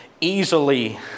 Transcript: easily